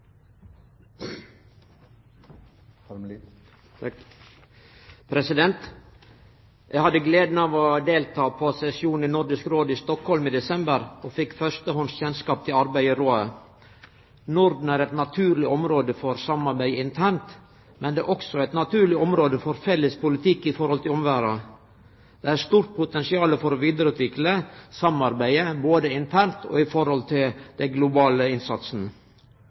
Nordisk Råd i Stockholm i desember og fekk førstehands kjennskap til arbeidet i rådet. Norden er eit naturleg område for samarbeid internt, men det er også eit naturleg område for felles politikk overfor omverda. Det er eit stort potensial for å vidareutvikle samarbeidet både internt og når det gjeld den globale innsatsen.